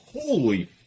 Holy